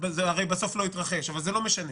זה בסוף הרי לא התרחש אבל לא משנה,